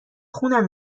خونم